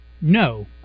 no